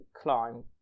climb